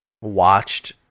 watched